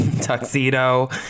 tuxedo